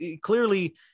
clearly